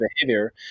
behavior